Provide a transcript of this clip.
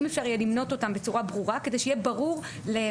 אם אפשר יהיה למנות אותם בצורה ברורה כדי שיהיה ברור למארגן